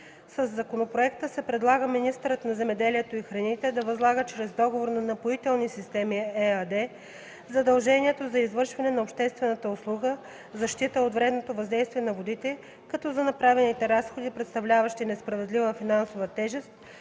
Със законопроекта се предлага министърът на земеделието и храните да възлага чрез договор на „Напоителни системи” ЕАД задължението за извършване на обществената услуга – защита от вредното въздействие на водите, като за направените разходи, представляващи несправедлива финансова тежест,